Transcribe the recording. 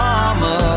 Mama